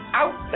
out